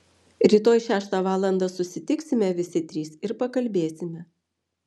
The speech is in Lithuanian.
rytoj šeštą valandą susitiksime visi trys ir pakalbėsime